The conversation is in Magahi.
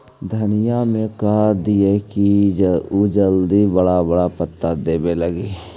धनिया में का दियै कि उ जल्दी बड़ा बड़ा पता देवे लगै?